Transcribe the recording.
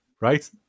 right